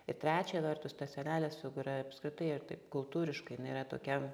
ir trečia vertus ta senelės figūra apskritai ir taip kultūriškai jinai yra tokia